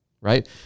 right